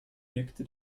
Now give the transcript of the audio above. wirkte